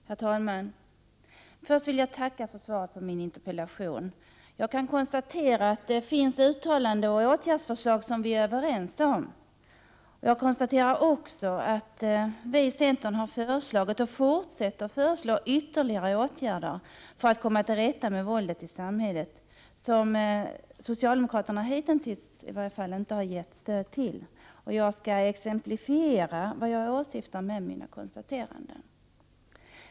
Herr talman! Först vill jag tacka för svaret på min interpellation. Jag kan konstatera att det finns uttalanden och åtgärdsförslag som vi är överens om. Jag konstaterar också att vi i centern har föreslagit och fortsätter att föreslå ytterligare åtgärder för att komma till rätta med våldet i samhället, åtgärder som socialdemokraterna i varje fall hittills inte har gett sitt stöd till. Jag skall exemplifiera vad jag åsyftar med mina konstateranden.